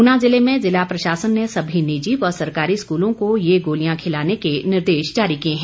ऊना ज़िले में ज़िला प्रशासन ने सभी निजी व सरकारी स्कूलों को ये गोलियां खिलाने के निर्देश जारी किए हैं